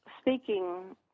speaking